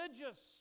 religious